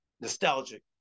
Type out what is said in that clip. nostalgic